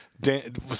dan